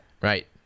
Right